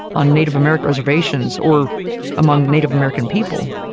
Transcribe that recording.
on native american reservations or among native american people.